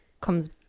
comes